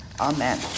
Amen